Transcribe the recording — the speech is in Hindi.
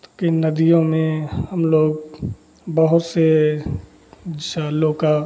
तो किन नदियों में हम लोग बहुत से जालों का